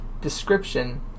description